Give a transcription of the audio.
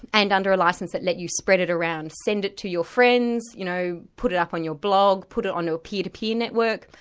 and under a licence that let you spread it around, send it to your friends, you know put it up on your blog, put it on your peer to peer network,